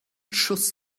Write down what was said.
schuss